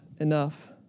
enough